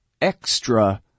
extra